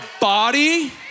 body